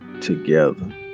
together